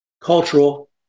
cultural